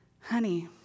Honey